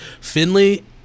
Finley